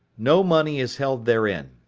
no money is held therein.